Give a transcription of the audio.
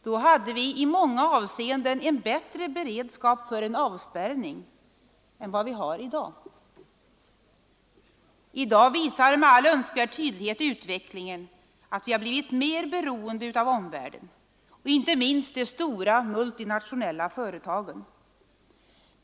Då hade vi i många avseenden en bättre beredskap för en avspärrning än vad vi har i dag. I dag visar med all önskvärd tydlighet utvecklingen att vi har blivit mer beroende av omvärlden och inte minst de stora multinationella företagen.